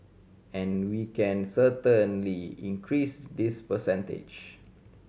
and we can certainly increase this percentage